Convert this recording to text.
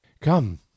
Come